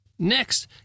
Next